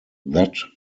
that